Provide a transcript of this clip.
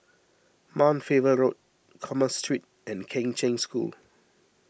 Mount Faber Road Commerce Street and Kheng Cheng School